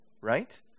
right